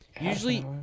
usually